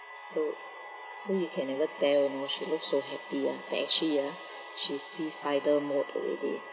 so so you can never tell you know she looks so happy ah but actually ah she's suicidal mode already